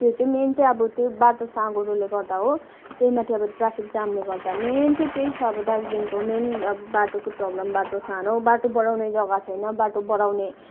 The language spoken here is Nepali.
त्यो चाहिँ मेन चाहिँ अब त्यो बाटो साँघुरोले गर्दा हो त्यही माथि अब ट्राफिक जामले गर्दा मेन चाहिँ त्यही छ अब दार्जिलिङको मेन अब बाटोको प्रब्लम बाटो सानो बाटो बढाउने जग्गा छैन बाटो बढाउने